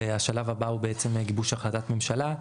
השלב הבא הוא בעצם גיבוש החלטת ממשלה.